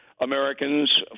Americans